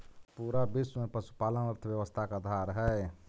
पूरा विश्व में पशुपालन अर्थव्यवस्था के आधार हई